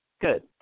good